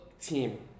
team